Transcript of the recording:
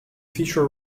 feature